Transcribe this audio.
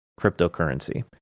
cryptocurrency